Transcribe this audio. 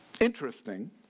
Interesting